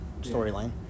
storyline